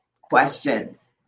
questions